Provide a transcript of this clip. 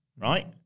right